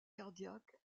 cardiaque